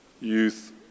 youth